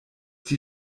die